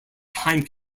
time